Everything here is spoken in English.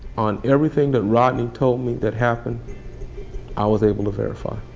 on everything that rodney told me that happened i was able to verify.